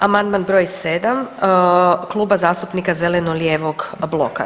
Amandman br. 7 Klub zastupnika zeleno-lijevog bloka.